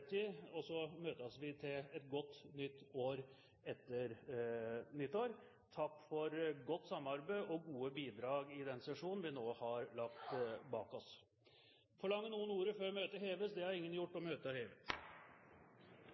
Så møtes vi til et godt nytt år etter nyttår. Takk for godt samarbeid og gode bidrag i den sesjonen vi nå har lagt bak oss! Forlanger noen ordet før møtet heves? – Møtet er hevet.